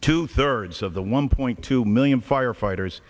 two thirds of the one point two million firefighters